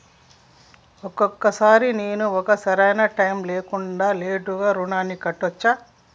ఒక్కొక సారి నేను ఒక సరైనా టైంలో కాకుండా లేటుగా రుణాన్ని కట్టచ్చా?